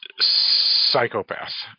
psychopath